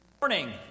morning